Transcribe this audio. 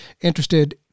interested